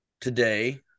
today